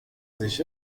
sich